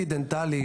CT דנטלי,